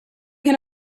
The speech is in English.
can